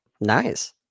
Nice